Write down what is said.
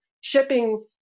shipping